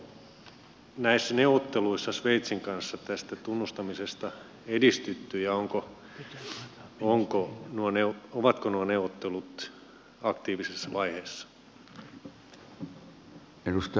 onko näissä neuvotteluissa sveitsin kanssa tästä tunnustamisesta edistytty ja ovatko nuo neuvottelut aktiivisessa vaiheessa